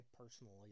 personally